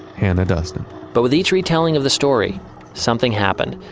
hannah duston. but with each retelling of the story something happened.